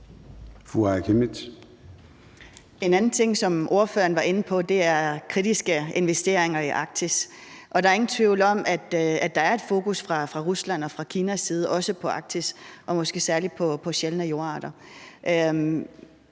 En anden ting, som ordføreren var inde på, er kritiske investeringer i Arktis – og der er ingen tvivl om, at der er et fokus fra Ruslands og fra Kinas side på Arktis også og måske særlig på sjældne jordarter.